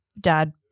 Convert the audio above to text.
dad